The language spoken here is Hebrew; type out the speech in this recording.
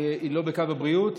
שלא בקו הבריאות,